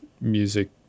music